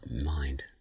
mind